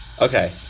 Okay